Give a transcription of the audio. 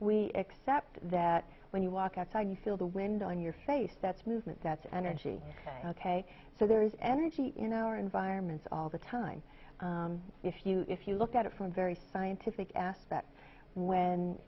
we except that when you walk outside you feel the wind on your face that's movement that's energy ok so there is energy you know our environments all the time if you if you look at it from a very scientific aspect when